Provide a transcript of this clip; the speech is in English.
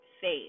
faith